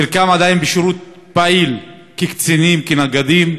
חלקם עדיין בשירות פעיל כקצינים, כנגדים.